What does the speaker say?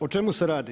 O čemu se radi?